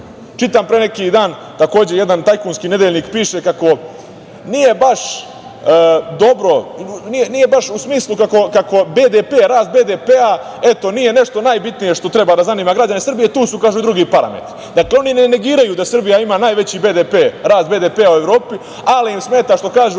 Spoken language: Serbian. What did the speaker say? pre neki dan, takođe, jedan tajkunski nedeljnik piše kako nije baš dobro, u smislu kako rast BDP-a nije nešto najbitnije što treba da zanima građane, tu su, kaže, i drugi parametri. Dakle, oni ne negiraju da Srbija ima najveći BDP, rast BDP u Evropi, ali im smeta, što kažu,